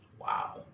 Wow